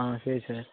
ஆ சரி சார்